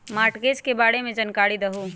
Mortgage के बारे में जानकारी देहु?